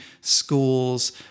schools